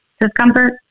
discomfort